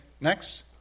Next